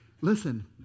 listen